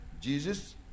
Jesus